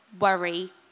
worry